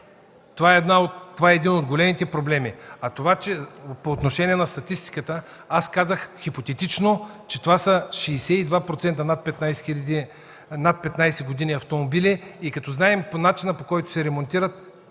Това е един от големите проблеми. По отношение на статистиката, аз казах хипотетично, че това са 62% над 15-годишни автомобили и като знаем начина, по който се ремонтират,